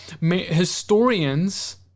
historians